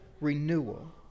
renewal